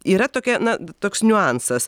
yra tokia na toks niuansas